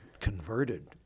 converted